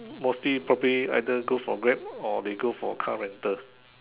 mostly probably either go for Grab or they go for car rental